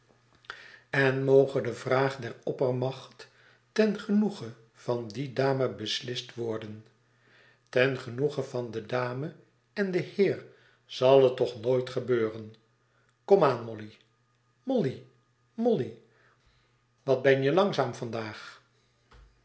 en moge de vraag der oppermacht ten genoege van die dame beslistworden ten genoege van de dame en den heer zal het toch nooit gebeuren kom aan molly molly molly wat ben je langzaam vandaag